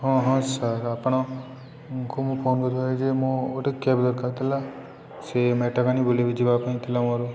ହଁ ହଁ ସାର୍ ଆପଣଙ୍କୁ ମୁଁ ଫୋନ୍ କରି ଯେ ମଁ ଗୋଟେ କ୍ୟାବ୍ ଦରକାର୍ ଥିଲା ସେ ମେଟାକାନି ବୁଲି ବି ଯିବା ପାଇଁଁ ଥିଲା ମୋର